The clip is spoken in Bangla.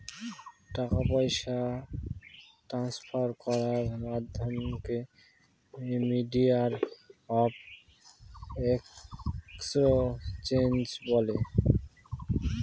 টাকা পয়সা ট্রান্সফার করার মাধ্যমকে মিডিয়াম অফ এক্সচেঞ্জ বলে